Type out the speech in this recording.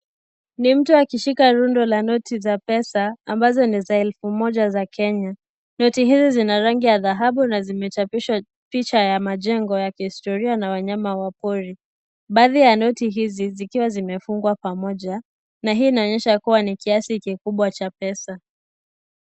Ni mtu akishika rundo la noti za pesa ambazo ni za elfu moja za Kenya. Noti hizo zina rangi ya dhahabu na zimechapishwa picha za majengo ya kihistoria na wanyama wa pori. Baadhi ya noti hizi zikiwa zimefungwa pamoja na hii inaonyesha kuwa ni kiasi kikubwa cha pesa.